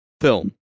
film